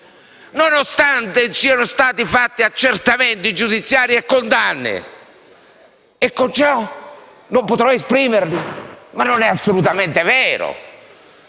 nonostante siano stati fatti accertamenti giudiziari e condanne. Ciò non significa che non potrò esprimermi; non è assolutamente vero!